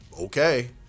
okay